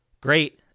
Great